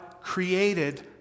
created